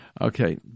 Okay